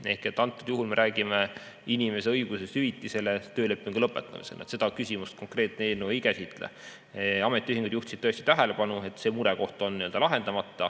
tõesti. Antud juhul me räägime inimese õigusest hüvitisele töölepingu lõpetamisel. Seda küsimust konkreetne eelnõu ei käsitle. Ametiühingud juhtisid tõesti tähelepanu, et see murekoht on printsiibis